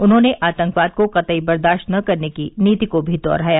उन्होंने आतंकवाद को कतई बर्दाश्त न करने की नीति को भी दोहराया